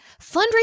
fundraising